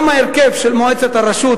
גם ההרכב של מועצת הרשות,